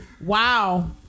Wow